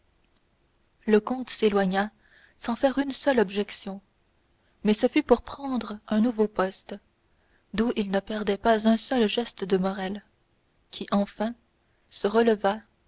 le comte s'éloigna sans faire une seule objection mais ce fut pour prendre un nouveau poste d'où il ne perdait pas un seul geste de morrel qui enfin se releva